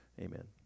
Amen